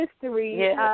history